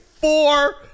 four